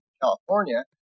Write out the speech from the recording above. California